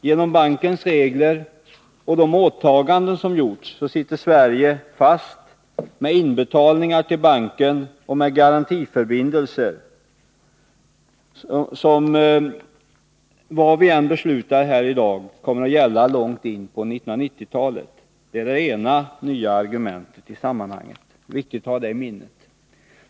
Genom bankens regler och de åtaganden som gjorts sitter Sverige fast med inbetålningar till banken och med garantiförbindelser, som — vad vi än beslutar här i dag — kommer att gälla till långt in på 1990-talet. Det är den ena faktorn och det ena nya argumentet i sammanhanget — det är viktigt att ha det i minnet.